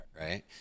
right